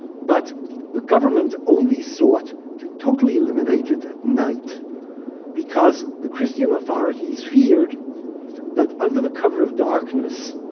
but the government only sought to totally eliminate it at night because the christian authorities feared that under the cover of darkness